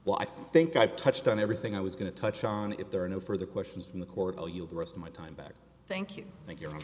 well i think i've touched on everything i was going to touch on if there are no further questions from the core value of the rest of my time back thank you thank you